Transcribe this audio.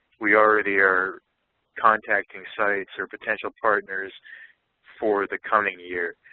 we already are contacting sites or potential partners for the coming year.